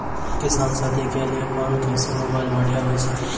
किसान साथी के लिए कोन कृषि मोबाइल बढ़िया होय छै?